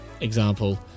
example